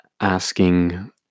asking